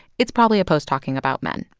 it's probably a post talking about men.